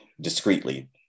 discreetly